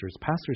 pastors